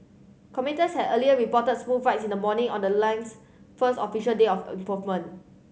commuters had earlier reported smooth rides in the morning on the lane's first official day of approvement